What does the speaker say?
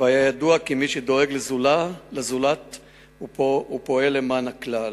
והיה ידוע כמי שדואג לזולת ופועל למען הכלל.